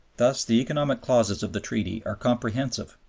thus the economic clauses of the treaty are comprehensive,